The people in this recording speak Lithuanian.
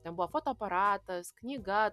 ten buvo fotoaparatas knyga